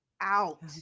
out